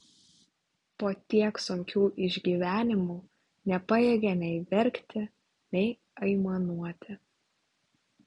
po tiek sunkių išgyvenimų nepajėgė nei verkti nei aimanuoti